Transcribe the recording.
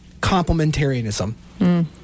complementarianism